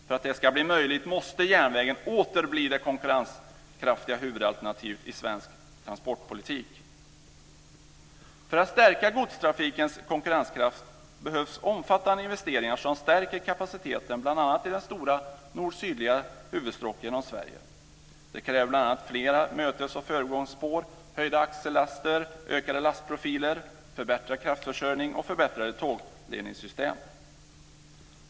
För att det ska bli möjligt måste järnvägen åter bli det konkurrenskraftiga huvudalternativet i svensk transportpolitik. Sverige. Det kräver bl.a. fler mötes och förbigångsspår, höjda axellaster, ökade lastprofiler, förbättrad kraftförsörjning och förbättrade tågledningssystem.